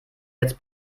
jetzt